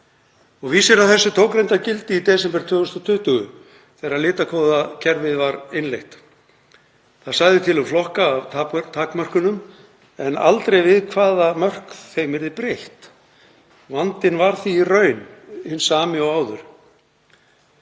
á. Vísir að þessu tók reyndar gildi í desember 2020 þegar litakóðakerfið var innleitt. Það sagði til um flokka af takmörkunum, en aldrei við hvaða mörk þeim yrði breytt. Vandinn var því í raun hinn sami og áður.